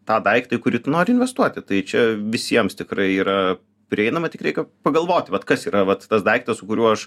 tą daiktą į kurį tu nori investuoti tai čia visiems tikrai yra prieinama tik reikia pagalvoti vat kas yra vat tas daiktas su kuriuo aš